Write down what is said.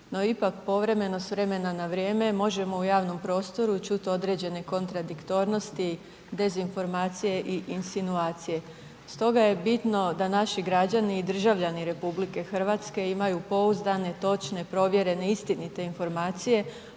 no ipak povremeno s vremena na vrijeme možemo u javnom prostoru čuti određene kontradiktornosti, dezinformacije i insinuacije. Stoga je bitno da naši građani i državljani RH imaju pouzdane, točne, provjerene i istinite informacije,